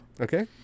Okay